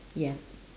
ya